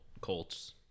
Colts